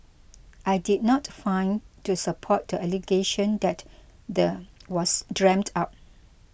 I did not find to support the allegation that the was dreamt up